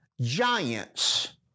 giants